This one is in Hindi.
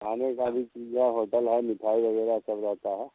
खाने का भी सुविधा होटल है मिठाई वगैरह सब रहता है